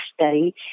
study